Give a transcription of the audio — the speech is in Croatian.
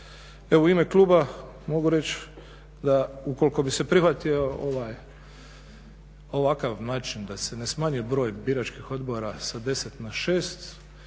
Evo u ime kluba mogu reći da ukoliko bi se prihvatio ovakav način da se ne smanjuje broj biračkih odbora sa 10 na 6